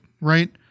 right